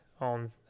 on